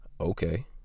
okay